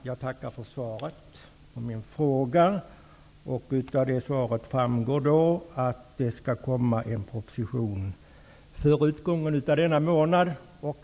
Jag tackar för svaret på min fråga. Av det svaret framgår att det skall komma en proposition före utgången av denna månad.